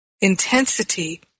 intensity